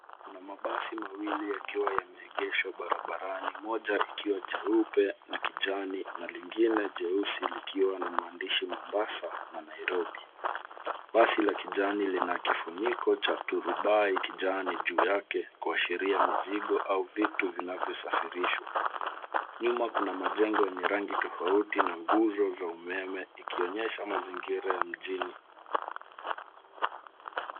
Kuna mabasi mawili yakiwa yameegeshwa barabarani, moja ikiwa jeupe na kijani, na lingine jeusi likiwa na maandishi Mombasa, na Nairobi. Basi la kijani lina kifuniko cha turubai kijani juu yake, kuashiria mizigo au vitu vinavyosafirishwa. Nyuma kuna majengo yenye rangi tofauti na nguzo za umeme, ikionyesha mazingira ya mjini.